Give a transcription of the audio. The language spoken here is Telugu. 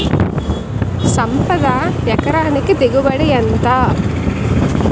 సంపద ఎకరానికి దిగుబడి ఎంత?